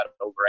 over